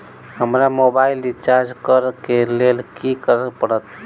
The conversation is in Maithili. हमरा मोबाइल रिचार्ज करऽ केँ लेल की करऽ पड़त?